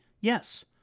yes